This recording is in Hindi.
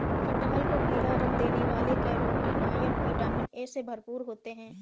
कटहल को पीला रंग देने वाले कैरोटीनॉयड, विटामिन ए से भरपूर होते हैं